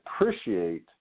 appreciate